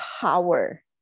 power